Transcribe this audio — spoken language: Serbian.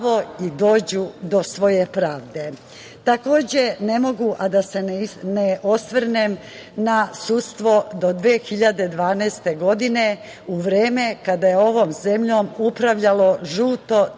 i dođu do svoje pravde. Takođe, ne mogu a da se ne osvrnem na sudstvo do 2012. godine u vreme kada je ovom zemljom upravljalo žuto